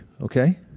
okay